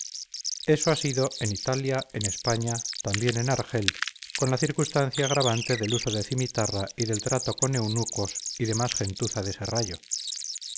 eso ha sido en italia en españa también en argel con la circunstancia agravante del uso de cimitarra y del trato con eunucos y demás gentuza